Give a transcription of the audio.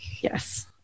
yes